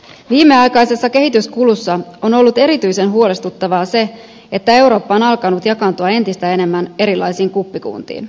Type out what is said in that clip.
viimeaikaisessa kehityskulussa on ollut erityisen huolestuttavaa se että eurooppa on alkanut jakaantua entistä enemmän erilaisiin kuppikuntiin